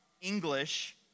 English